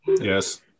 yes